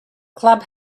club